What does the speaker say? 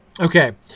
Okay